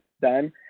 done